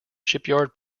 shipyard